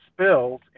spills